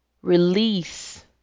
Release